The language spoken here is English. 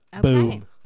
Boom